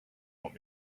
want